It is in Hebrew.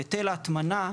והיטל ההטמנה,